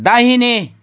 दाहिने